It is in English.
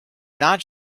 not